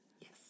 yes